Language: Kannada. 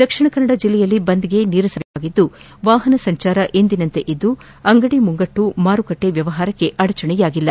ದಕ್ಷಿಣ ಕನ್ನಡ ಜಿಲ್ಲೆಯಲ್ಲಿ ಬಂದ್ಗೆ ನೀರಸ ಪ್ರತಿಕ್ರಿಯೆ ವ್ಯಕ್ತವಾಗಿದ್ದು ವಾಹನ ಸಂಚಾರ ಎಂದಿನಂತೆ ಇದ್ದು ಅಂಗಡಿ ಮುಂಗಟ್ಟು ಮಾರುಕಟ್ಟೆ ವ್ಯವಹಾರಕ್ಕೆ ಅಡಚಣೆಯಾಗಿಲ್ಲ